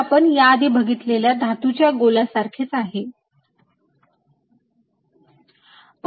हे आपण याआधी बघितलेल्या धातूच्या गोला सारखेच आहे